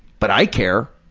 but i care.